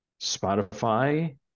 Spotify